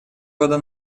года